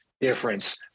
difference